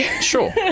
sure